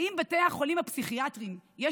האם בבתי החולים הפסיכיאטריים יש